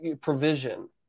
provision